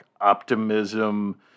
optimism